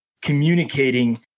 communicating